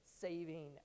saving